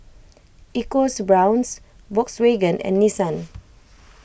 EcoBrown's Volkswagen and Nissan